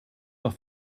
leur